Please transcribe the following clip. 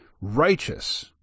righteous